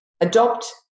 adopt